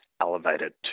elevated